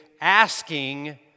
asking